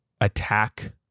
attack